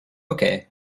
okay